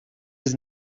his